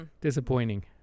Disappointing